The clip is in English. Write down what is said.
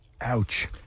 Ouch